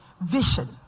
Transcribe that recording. vision